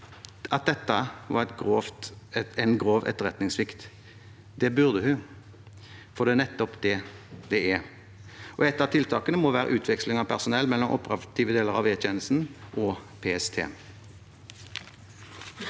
at dette var en grov etterretningssvikt. Det burde hun, for det er nettopp det det er. Ett av tiltakene må være utveksling av personell mellom operative deler av E-tjenesten og PST.